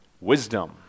Wisdom